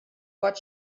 what